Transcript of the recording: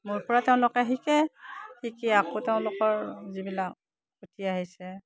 মোৰ পৰা তেওঁলোকে শিকে শিকি আকৌ তেওঁলোকৰ যিবিলাক উঠি আহিছে